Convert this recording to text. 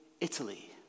Italy